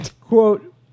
Quote